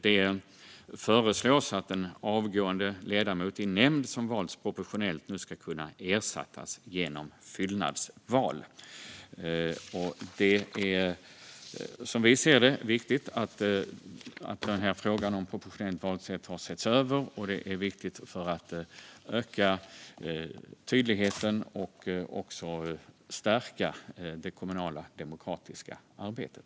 Det föreslås att en avgående ledamot i nämnd som valts proportionellt nu ska kunna ersättas genom fyllnadsval. Det är, som vi ser det, viktigt att frågan om proportionellt valsätt har setts över. Det är viktigt för att öka tydligheten och också stärka det kommunala demokratiska arbetet.